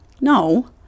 No